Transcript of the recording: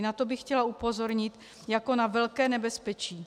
Na to bych chtěla upozornit jako na velké nebezpečí.